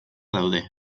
daude